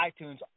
iTunes